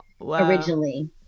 originally